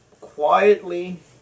quietly